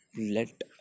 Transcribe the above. let